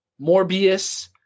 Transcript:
Morbius